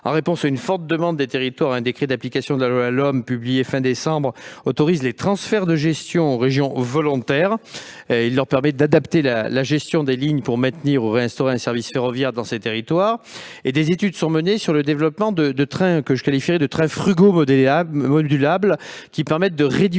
en réponse à une forte demande des territoires, un décret d'application de la loi LOM, publié à la fin du mois de décembre, autorise les transferts de gestion aux régions volontaires. Il leur permet d'adapter la gestion des lignes pour maintenir ou réinstaurer un service ferroviaire sur leur territoire. Par ailleurs, des études sont menées sur le développement de trains que je qualifierais de frugaux-modulables, qui permettent de réduire